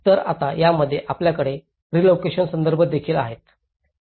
तर आता यामध्ये आपल्याकडे रिलोकेशन संदर्भ देखील आहेत